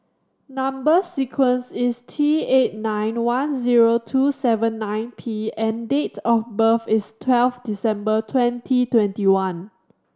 number sequence is T eight nine one zero two seven nine P and date of birth is twelve December twenty twenty one